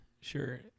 sure